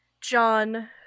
John